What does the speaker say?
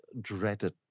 dreaded